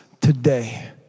today